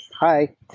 Hi